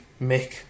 Mick